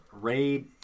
raid